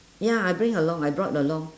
ya I bring along I brought along